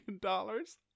dollars